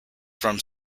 from